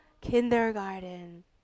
Kindergarten